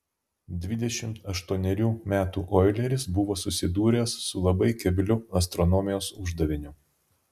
dvidešimt aštuonerių metų oileris buvo susidūręs su labai kebliu astronomijos uždaviniu